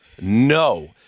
No